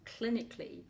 clinically